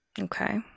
Okay